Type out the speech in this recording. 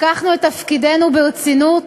לקחנו את תפקידנו ברצינות